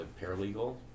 paralegal